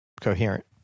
coherent